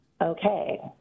Okay